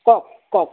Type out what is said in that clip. কওক কওক